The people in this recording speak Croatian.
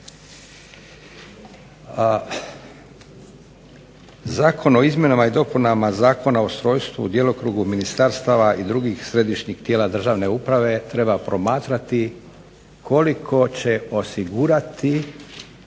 Zakon o izmjenama i dopunama Zakona o ustrojstvu i djelokrugu ministarstava i drugih središnjih tijela državne uprave treba promatrati koliko će osigurati